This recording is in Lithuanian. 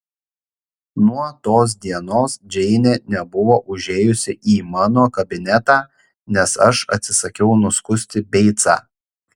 nuo tos dienos džeinė nebuvo užėjusi į mano kabinetą nes aš atsisakiau nuskusti beicą